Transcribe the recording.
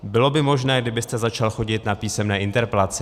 Bylo by možné, kdybyste začal chodit na písemné interpelace?